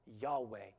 Yahweh